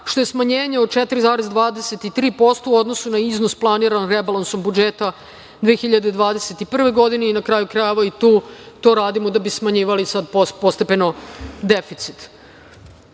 što je smanjenje od 4,23% u odnosu na iznos planiran rebalansom budžeta 2021. godine i na kraju krajeva to radimo da bi smanjivali sada postepeno deficit. Jako